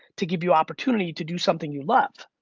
to give you opportunity to do something you love.